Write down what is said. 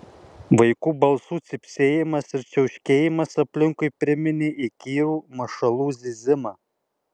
vaikų balsų cypsėjimas ir čiauškėjimas aplinkui priminė įkyrų mašalų zyzimą